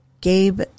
Gabe